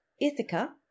Ithaca